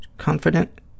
confident